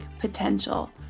potential